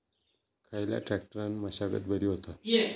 खयल्या ट्रॅक्टरान मशागत बरी होता?